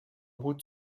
routes